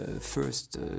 first